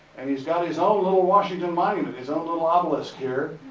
and he's got his own little washington monument, his own little ah obelisk here,